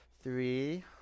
three